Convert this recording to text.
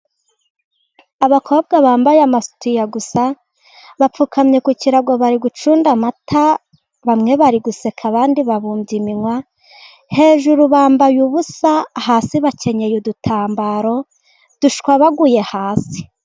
Abakobwa bambaye amasutiya gusa, bapfukamye ku kirago bari gucunda amata, bamwe bari guseka abandi babumbye iminwa, hejuru bambaye ubusa hasi bakenyeye udutambaro dushwabaguye hasi.